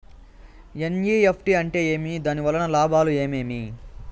NEFT అంటే ఏమి? దాని వలన లాభాలు ఏమేమి